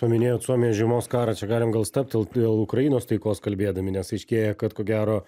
paminėjot suomijos žiemos karą čia galim gal stabtelt dėl ukrainos taikos kalbėdami nes aiškėja kad ko gero